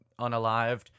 unalived